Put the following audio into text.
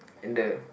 and the